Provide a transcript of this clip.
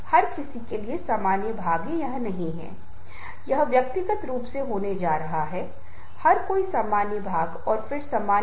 दूसरों में महत्वपूर्ण उत्साह यदि कोई व्यक्ति भीतर से प्रेरित महसूस नहीं कर रहा है तो वह दूसरों को कैसे प्रेरित कर सकता है